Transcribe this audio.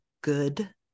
good